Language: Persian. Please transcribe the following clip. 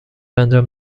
انجام